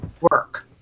work